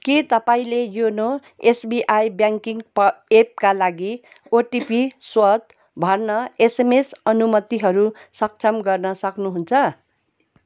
के तपाईँले YONO SBI banking एप्पका लागि ओटिपी स्वत भर्न एसएमएस अनुमतिहरू सक्षम गर्न सक्नुहुन्छ